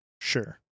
Sure